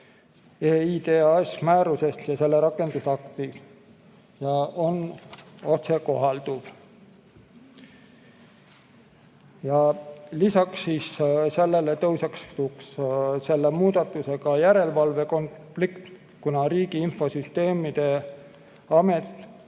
eIDAS-määrusest ja selle rakendusaktist ning on otsekohalduv. Lisaks sellele tekiks selle muudatusega järelevalvekonflikt, kuna Riigi Infosüsteemi Amet